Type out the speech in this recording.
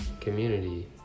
Community